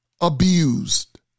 abused